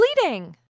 bleeding